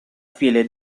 fieles